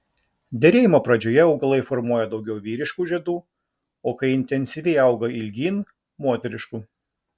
derėjimo pradžioje augalai formuoja daugiau vyriškų žiedų o kai intensyviai auga ilgyn moteriškų